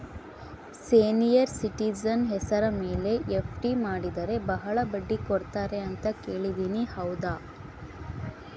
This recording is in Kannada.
ಸೇನಿಯರ್ ಸಿಟಿಜನ್ ಹೆಸರ ಮೇಲೆ ಎಫ್.ಡಿ ಮಾಡಿದರೆ ಬಹಳ ಬಡ್ಡಿ ಕೊಡ್ತಾರೆ ಅಂತಾ ಕೇಳಿನಿ ಹೌದಾ?